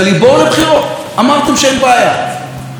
אמרתם שאין בעיה, בואו.